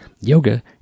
yoga